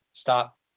stop